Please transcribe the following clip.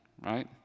Right